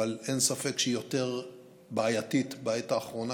אבל אין ספק שהיא יותר בעייתית בעת האחרונה,